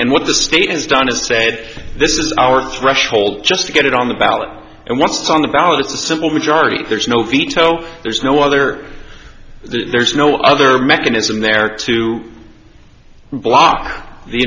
and what the state has done is said this is our threshold just to get it on the ballot and what's on the ballot is a simple majority there's no veto there's no other there's no other mechanism there to block the